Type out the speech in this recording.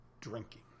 drinking